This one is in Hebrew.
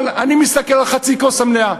אבל אני מסתכל על חצי הכוס המלאה: